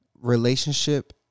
relationship